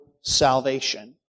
salvation